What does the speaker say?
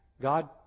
God